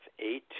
eight